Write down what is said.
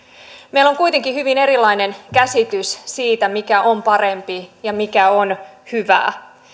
meillä on kuitenkin hyvin erilainen käsitys siitä mikä on parempi ja mikä on hyvää